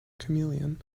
chameleon